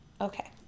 Okay